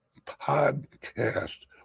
podcast